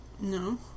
No